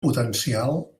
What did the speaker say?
potencial